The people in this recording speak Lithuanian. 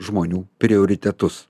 žmonių prioritetus